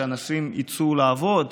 שאנשים יצאו לעבוד,